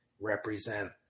represent